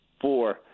four